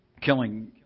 killing